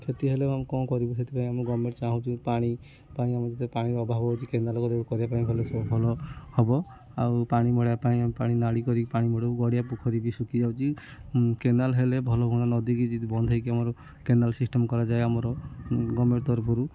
କ୍ଷତି ହେଲେ ଆମେ କଣ କରିବୁ ସେଥିପାଇଁ ଆମେ ଗର୍ମେଣ୍ଟ୍ ଚାହୁଁଛୁ ପାଣି ପାଇଁ ଆମ ଯେତେ ପାଣିର ଅଭାବ ହେଉଛି କେନାଲ୍ କରିବା ପାଇଁ ହେଲେ ସବୁ ଭଲ ହେବ ଆଉ ପାଣି ମଡ଼େଇବା ପାଇଁ ପାଣି ନାଳି କରିକି ପାଣି ମଡ଼େଇବୁ ଗଡ଼ିଆ ପୋଖରୀ ବି ଶୁଖିଯାଉଛି କେନାଲ୍ ହେଲେ ଭଲ ହୁଅନ୍ତା ନଦୀକି ଯଦି ବନ୍ଦ ହେଇକି ଆମର କେନାଲ୍ ସିଷ୍ଟମ୍ କରାଯାଏ ଆମର ଗର୍ମେଣ୍ଟ୍ ତରଫରୁ